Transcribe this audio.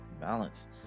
balance